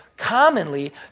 commonly